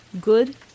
good